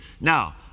Now